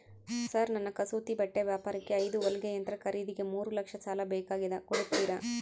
Sir ನನ್ನ ಕಸೂತಿ ಬಟ್ಟೆ ವ್ಯಾಪಾರಕ್ಕೆ ಐದು ಹೊಲಿಗೆ ಯಂತ್ರ ಖರೇದಿಗೆ ಮೂರು ಲಕ್ಷ ಸಾಲ ಬೇಕಾಗ್ಯದ ಕೊಡುತ್ತೇರಾ?